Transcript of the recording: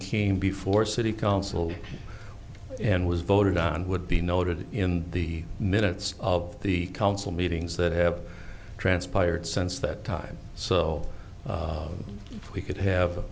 team before city council and was voted on would be noted in the minutes of the council meetings that have transpired since that time so we could have